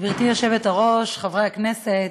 גברתי היושבת-ראש, חברי הכנסת,